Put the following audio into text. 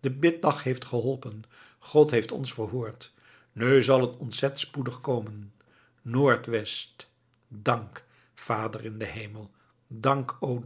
de biddag heeft geholpen god heeft ons verhoord nu zal het ontzet spoedig komen noord-west dank vader in den hemel dank o